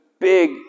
big